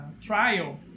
trial